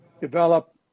develop